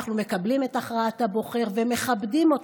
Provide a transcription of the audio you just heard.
ואנחנו מקבלים את הכרעת הבוחר ומכבדים אותה,